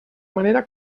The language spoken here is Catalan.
manera